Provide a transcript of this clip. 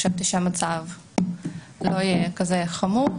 חשבתי שהמצב לא יהיה כזה חמור.